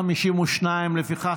52. לפיכך,